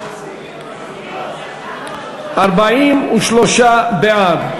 43 בעד,